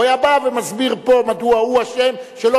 הוא היה בא ומסביר פה מדוע הוא אשם שלא